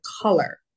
color